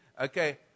Okay